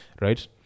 right